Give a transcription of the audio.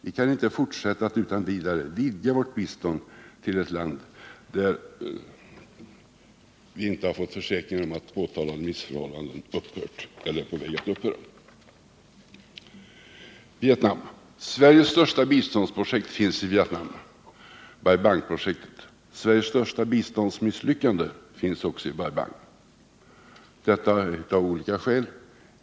Vi kan inte fortsätta att utan vidare vidga vårt bistånd till ett land där vi inte fått försäkringar om att påtalade missförhållanden upphört eller är på väg att upphöra. Vietnam: Sveriges största biståndsprojekt finns i Vietnam — Bai Bangprojektet. Sveriges största biståndsmisslyckande är också Bai Bang. Detta av olika skäl.